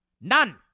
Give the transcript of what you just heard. None